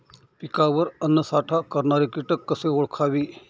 पिकावर अन्नसाठा करणारे किटक कसे ओळखावे?